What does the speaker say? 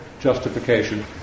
justification